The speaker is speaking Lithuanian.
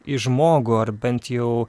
į žmogų ar bent jau